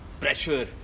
pressure